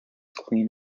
clean